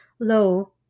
low